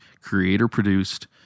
creator-produced